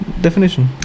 definition